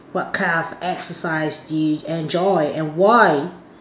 what kind of exercise do you enjoy and why